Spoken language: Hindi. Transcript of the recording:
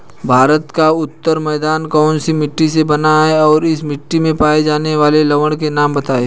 भारत का उत्तरी मैदान कौनसी मिट्टी से बना है और इस मिट्टी में पाए जाने वाले लवण के नाम बताइए?